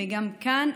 גם כאן,